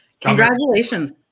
congratulations